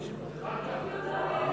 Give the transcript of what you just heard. תעביר אותו למליאה,